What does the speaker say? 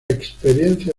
experiencia